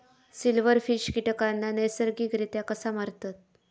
Silverfish कीटकांना नैसर्गिकरित्या कसा मारतत?